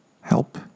help